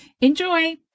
Enjoy